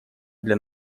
для